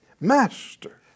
Master